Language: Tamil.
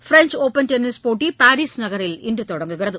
பிரெஞ்ச் ஒப்பன் டென்னிஸ் போட்டிகள் பாரீஸ் நகரில் இன்று தொடங்குகிறது